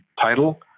title